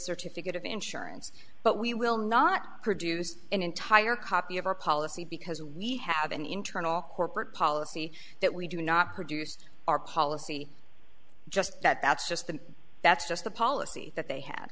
certificate of insurance but we will not produce an entire copy of our policy because we have an internal corporate policy that we do not produce our policy just that that's just the that's just the policy that they ha